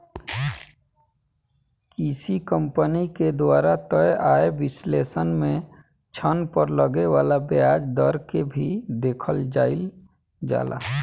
किसी कंपनी के द्वारा तय आय विश्लेषण में ऋण पर लगे वाला ब्याज दर के भी देखल जाइल जाला